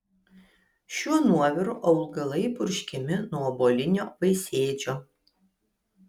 šiuo nuoviru augalai purškiami nuo obuolinio vaisėdžio